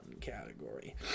category